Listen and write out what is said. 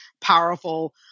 powerful